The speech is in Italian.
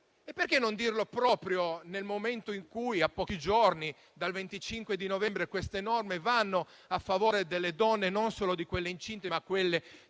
Perché non dirlo, proprio nel momento in cui, a pochi giorni dal 25 novembre, queste norme vanno a favore delle donne, non solo di quelle incinte, ma di